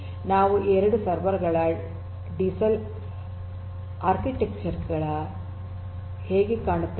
ನಾವು 2 ಸರ್ವರ್ ಗಳ ಡಿಸೆಲ್ ಆರ್ಕಿಟೆಕ್ಚರ್ ಹೀಗೆ ಕಾಣುತ್ತದೆ